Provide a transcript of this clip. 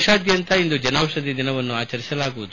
ದೇತದಾದ್ಯಂತ ಇಂದು ಜನೌಷಧಿ ದಿನವನ್ನು ಆಚರಿಸಲಾಗುವುದು